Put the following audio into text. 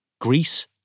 Greece